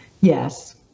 Yes